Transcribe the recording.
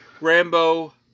Rambo